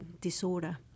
disorder